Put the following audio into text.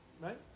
right